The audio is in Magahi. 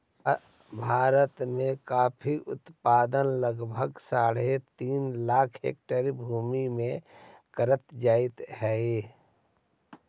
भारत में कॉफी उत्पादन लगभग साढ़े तीन लाख हेक्टेयर भूमि में करल जाइत हई